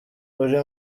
uri